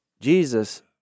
jesus